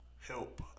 help